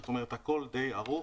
זאת אומרת, הכול די ערוך.